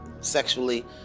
sexually